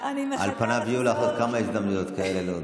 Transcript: אימא.